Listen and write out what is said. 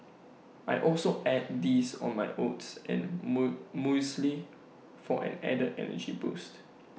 I also add these on my oats and mu muesli for an added energy boost